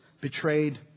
betrayed